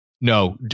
No